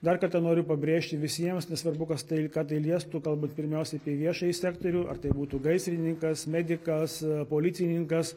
dar kartą noriu pabrėžti visiems nesvarbu kas tai ką tai liestų kalbant pirmiausia apie viešąjį sektorių ar tai būtų gaisrininkas medikas policininkas